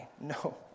no